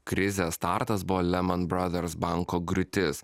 krizės startas buvo lehman brothers banko griūtis